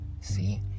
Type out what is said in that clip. See